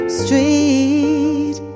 street